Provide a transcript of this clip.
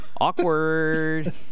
Awkward